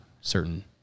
certain